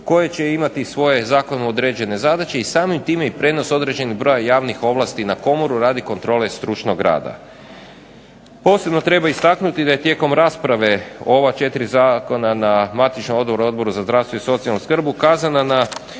koji će imati svoje zakonom određene zadaće i samim time i prijenos određenog broja javnih ovlasti na komoru radi kontrole stručnog rada. Posebno treba istaknuti da je tijekom rasprave o ova 4 zakona na matičnom odboru, Odboru za zdravstvo i socijalna skrb ukazana na